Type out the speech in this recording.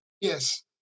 Yes